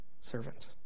servant